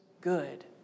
good